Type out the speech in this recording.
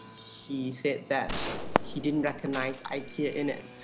he said that he didn't recognize ikea in it.